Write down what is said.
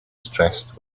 stressed